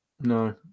No